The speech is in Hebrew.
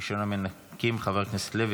ראשון המנמקים, חבר הכנסת לוי.